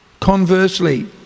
conversely